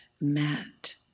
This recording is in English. met